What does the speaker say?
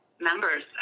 members